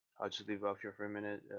would leave out here for a minute